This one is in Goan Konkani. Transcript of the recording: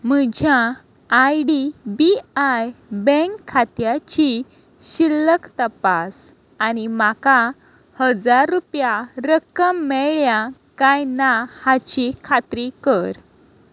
म्हज्या I D B I bank खात्याची शिल्लक तपास आनी म्हाका हजार रुपया रक्कम मेळ्ळ्या कांय ना हाची खात्री कर